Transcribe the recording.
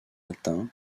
atteint